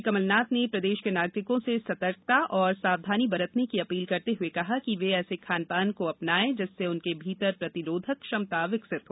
मुख्यमंत्री कमलनाथ ने प्रदेश के नागरिकों से सतर्कता और सावधानी बरतने की अपील करते हुए कहा है कि वे ऐसे खान पान को अपनाये जिससे उनके भीतर प्रतिरोधक क्षमता विकसित हो